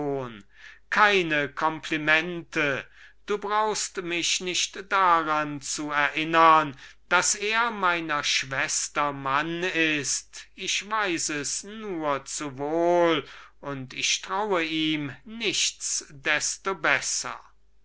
keine komplimenten denn du brauchst mich nicht daran zu erinnern daß er meiner schwester mann ist ich weiß es nur zu wohl aber ich traue ihm nicht desto besser er